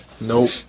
Nope